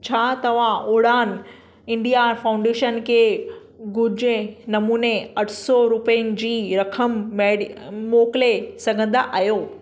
छा तव्हां Udaan India Foundation खे ॻुझे नमूने अठ सौ रुपियनि जी रक़म मोकिले सघंदा आहियो